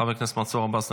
חבר הכנסת מנסור עבאס,